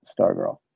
Stargirl